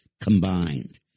combined